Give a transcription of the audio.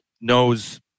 knows